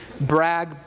brag